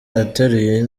ateruye